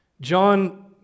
John